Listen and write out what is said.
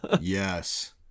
Yes